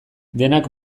denak